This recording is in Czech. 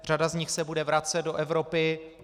Řada z nich se bude vracet do Evropy.